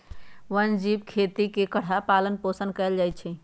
वन जीव खेती में खरहा पालन पोषण कएल जाइ छै